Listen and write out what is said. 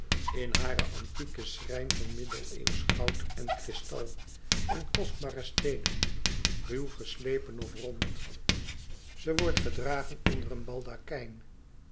in haren antieken schrijn van middeneeuwsch goud en kristal en kostbare steenen ruw geslepen of rond ze wordt gedragen onder een baldakijn